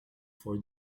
for